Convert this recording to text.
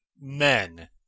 men